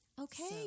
Okay